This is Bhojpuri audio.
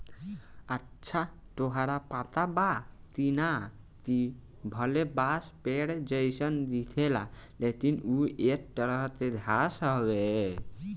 अच्छा ताहरा पता बा की ना, कि भले बांस पेड़ जइसन दिखेला लेकिन उ एक तरह के घास हवे